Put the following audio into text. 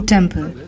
Temple